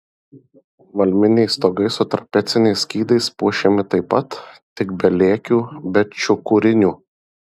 valminiai stogai su trapeciniais skydais puošiami taip pat tik be lėkių be čiukurinių